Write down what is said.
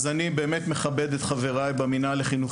אז אני באמת מכבד את חבריי במינהל לחינוך